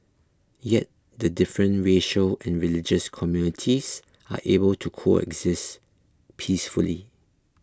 yet the different racial and religious communities are able to coexist peacefully